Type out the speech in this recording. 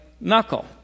knuckle